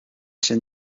się